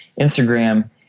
Instagram